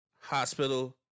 hospital